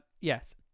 yes